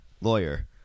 lawyer